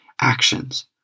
actions